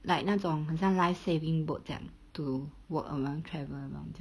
like 那种很像 life saving boat 这样 to walk along travel along 这样